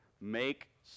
Make